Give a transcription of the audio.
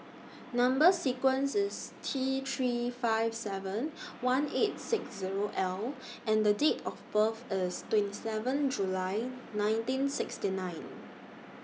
Number sequence IS T three five seven one eight six Zero L and The Date of birth IS twenty seven July nineteen sixty nine